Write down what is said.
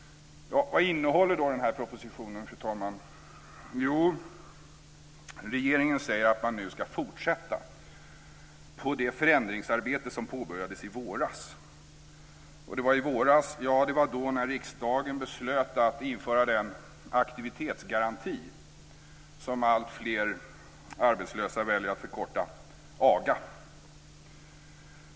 Vad innehåller då den här propositionen, fru talman? Jo, regeringen säger att man nu ska fortsätta på det förändringsarbete som påbörjades i våras. Det var när riksdagen beslöt att införa den aktivitetsgaranti som alltfler arbetslösa väljer att förkorta AGA.